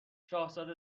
شاهزاده